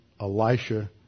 Elisha